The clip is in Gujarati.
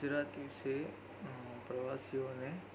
ગુજરાત વિશે પ્રવાસીઓને